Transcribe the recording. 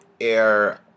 air